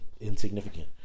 insignificant